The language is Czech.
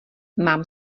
mám